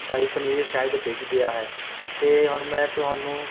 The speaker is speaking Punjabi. ਸ਼ਾਹੀ ਪਨੀਰ ਸ਼ਾਇਦ ਡਿੱਗ ਗਿਆ ਹੈ ਅਤੇ ਹੁਣ ਮੈਂ ਤੁਹਾਨੂੰ